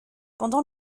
pendant